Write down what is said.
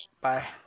Bye